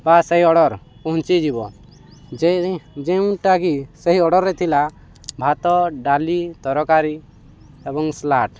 ବା ସେହି ଅର୍ଡ଼ର ପହଞ୍ଚିଯିବ ଯେ ଯେଉଁଟା କି ସେହି ଅର୍ଡ଼ରରେ ଥିଲା ଭାତ ଡାଲି ତରକାରୀ ଏବଂ ସାଲାଡ଼୍